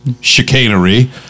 chicanery